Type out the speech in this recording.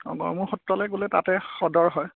অঁ গড়মূৰ সত্ৰলৈ গ'লে তাতে সদৰ হয়